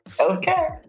Okay